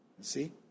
See